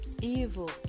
evil